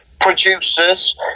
producers